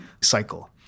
cycle